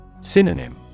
Synonym